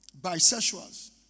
bisexuals